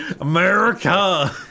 America